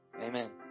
Amen